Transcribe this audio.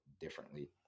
differently